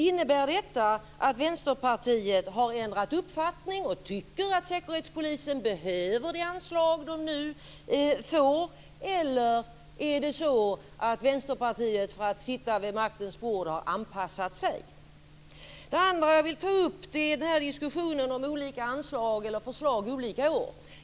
Innebär detta att Vänsterpartiet har ändrat uppfattning och tycker att Säkerhetspolisen behöver det anslag den nu får, eller är det så att Vänsterpartiet för att få sitta vid maktens bord har anpassat sig? Det andra jag vill ta upp är diskussionen om olika anslagsförslag olika år.